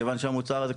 כיוון שהמוצר הזה,